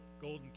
golden